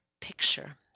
picture